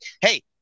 hey